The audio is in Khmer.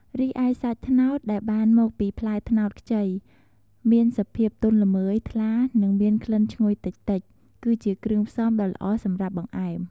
រីឯ សាច់ត្នោត ដែលបានមកពីផ្លែត្នោតខ្ចី មានមានសភាពទន់ល្មើយ ថ្លា និងមានក្លិនឈ្ងុយតិចៗ គឺជាគ្រឿងផ្សំដ៏ល្អសម្រាប់បង្អែម។